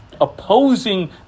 opposing